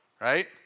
right